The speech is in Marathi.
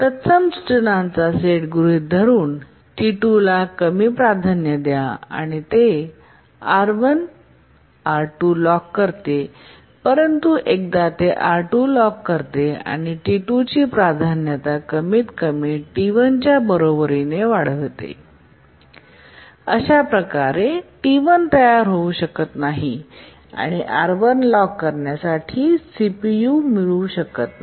तत्सम सूचनांचा सेट गृहीत धरुन T2ला कमी प्राधान्य द्या आणि ते R2 लॉक करते परंतु एकदा ते R2 लॉक करते T2ची प्राधान्य कमीतकमी T1च्या बरोबरीने वाढते आणि अशा प्रकारे T1तयार होऊ शकत नाही आणि R1 लॉक करण्यासाठी सीपीयू मिळवू शकत नाही